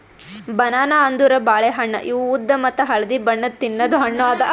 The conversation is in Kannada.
ಬನಾನಾ ಅಂದುರ್ ಬಾಳೆ ಹಣ್ಣ ಇವು ಉದ್ದ ಮತ್ತ ಹಳದಿ ಬಣ್ಣದ್ ತಿನ್ನದು ಹಣ್ಣು ಅದಾ